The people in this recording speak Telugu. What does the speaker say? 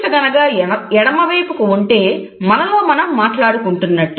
చూపు దిశ గనుక ఎడమవైపుకు ఉంటే మనలో మనం మాట్లాడుకుంటున్నట్టు